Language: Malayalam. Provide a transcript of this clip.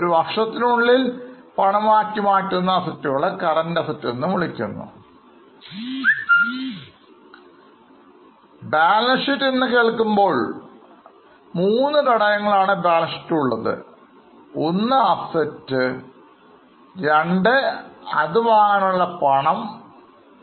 ഒരു വർഷത്തിനുള്ളിൽ പണമാക്കി മാറ്റുന്ന എങ്കിൽ അത് Current Assetsആണ് നിങ്ങൾ ബാലൻസ് ഷീറ്റ് റെഘടകങ്ങളെ പറ്റി നോക്കുമ്പോൾ മൂന്ന് Elements ഉണ്ട് എന്ന് മനസ്സിലാക്കാൻ പറ്റും